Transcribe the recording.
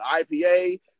IPA